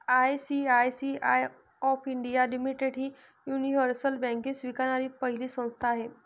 ICICI of India limited ही universal banking स्वीकारणारी पहिली संस्था आहे